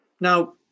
Now